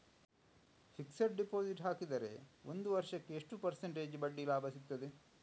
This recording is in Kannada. ಫಿಕ್ಸೆಡ್ ಡೆಪೋಸಿಟ್ ಹಾಕಿದರೆ ಒಂದು ವರ್ಷಕ್ಕೆ ಎಷ್ಟು ಪರ್ಸೆಂಟೇಜ್ ಬಡ್ಡಿ ಲಾಭ ಸಿಕ್ತದೆ?